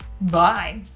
Bye